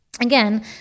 Again